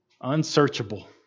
Unsearchable